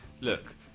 look